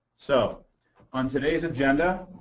so on today's agenda,